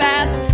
Fast